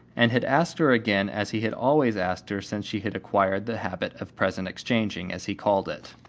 and had asked her again as he had always asked her since she had acquired the habit of present exchanging, as he called it.